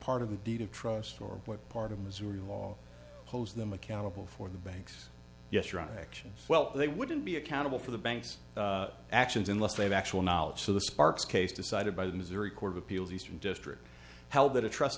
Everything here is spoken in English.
part of the deed of trust or what part of missouri law holds them accountable for the banks yes right actions well they wouldn't be accountable for the banks actions unless they have actual knowledge so the sparks case decided by the missouri court of appeals eastern district held that a